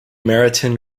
meriton